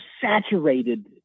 saturated